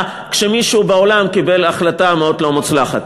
כשמישהו בעולם קיבל החלטה מאוד לא מוצלחת.